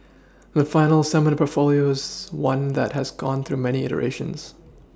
the final assembled portfolio is one that has gone through many iterations